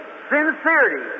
sincerity